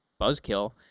buzzkill